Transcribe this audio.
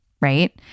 right